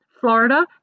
Florida